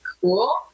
Cool